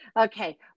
okay